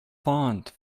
font